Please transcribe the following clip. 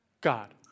God